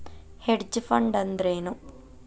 Hedge fund ಅಂದ್ರೇನು?